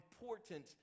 important